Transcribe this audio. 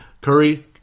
Curry